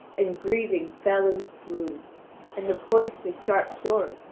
and grieving fell in a swoon and the point of his sharp sword,